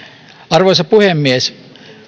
arvoisa puhemies